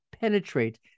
penetrate